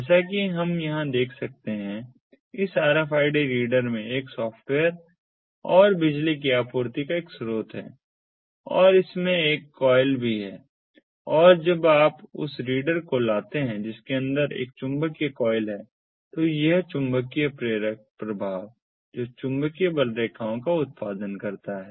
जैसा कि हम यहां देख सकते हैं इस RFID रीडर में एक सॉफ्टवेयर और बिजली की आपूर्ति का एक स्रोत है और इसमें एक कॉइल भी है और जब आप उस रीडर को लाते हैं जिसके अंदर एक चुंबकीय कॉइल है तो यह चुंबकीय प्रेरक प्रभाव है जो चुंबकीय बल रेखाओं का उत्पादन करता है